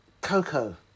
coco